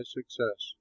success